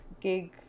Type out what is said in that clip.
gig